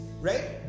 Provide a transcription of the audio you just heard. right